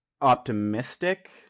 optimistic